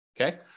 Okay